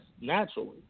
naturally